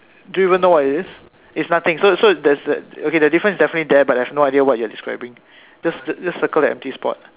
do you even know what it is it's nothing so so that's that okay the difference is definitely there but I've no idea what you're describing just just circle the empty spot